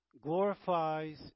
glorifies